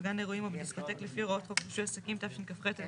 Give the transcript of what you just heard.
בגן אירועים או בדיסקוטק לפי הוראות חוק רישוי עסקים תשכ"ח-1968,